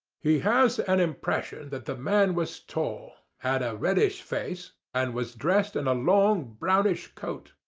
he has an impression that the man was tall, had a reddish face, and was dressed in a long, brownish coat.